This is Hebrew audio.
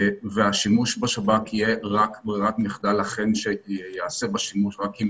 והשימוש בכלי השב"כ יהיה רק ברירת מחדל וייעשה בו רק אם